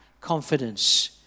confidence